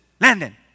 Landon